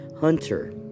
hunter